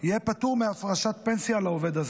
יהיה פטור מהפרשת פנסיה לעובד הזר.